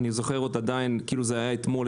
ואני זוכר עדיין את המחאה החברתית כאילו זה היה אתמול,